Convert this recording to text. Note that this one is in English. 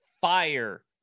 fire